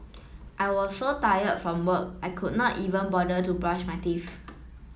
I was so tired from work I could not even bother to brush my teeth